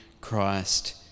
Christ